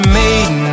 made